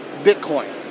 Bitcoin